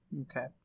Okay